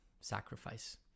sacrifice